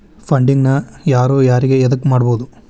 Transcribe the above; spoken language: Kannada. ಫಂಡಿಂಗ್ ನ ಯಾರು ಯಾರಿಗೆ ಎದಕ್ಕ್ ಕೊಡ್ಬೊದು?